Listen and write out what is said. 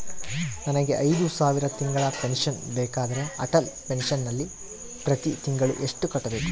ನನಗೆ ಐದು ಸಾವಿರ ತಿಂಗಳ ಪೆನ್ಶನ್ ಬೇಕಾದರೆ ಅಟಲ್ ಪೆನ್ಶನ್ ನಲ್ಲಿ ಪ್ರತಿ ತಿಂಗಳು ಎಷ್ಟು ಕಟ್ಟಬೇಕು?